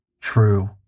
true